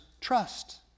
trust